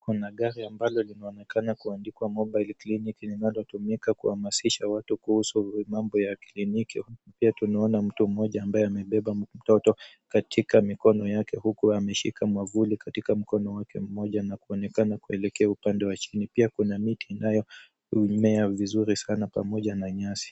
Kuna gari ambalo linaonekana kuandikwa mobile clinic linalotumika kuhamasisha watu kuhusu mambo ya kliniki. Pia tunaona mtu mmoja ambaye amebeba mtoto katika mikono yake, huku ameshika mwavuli katika mkono wake mmoja na kuonekana kuelekea upande wa chini. Pia kuna miti inayomea vizuri sana, pamoja na nyasi.